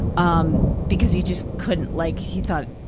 um, because he just couldn't, like he thought,